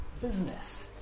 business